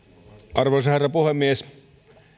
arvoisa herra puhemies